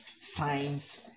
signs